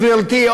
גברתי,